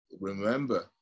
Remember